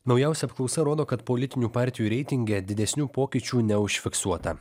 naujausia apklausa rodo kad politinių partijų reitinge didesnių pokyčių neužfiksuota